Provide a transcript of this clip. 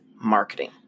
marketing